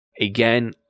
Again